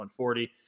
140